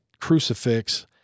crucifix